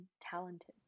talented